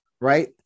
right